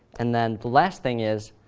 and then the last thing is,